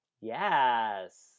Yes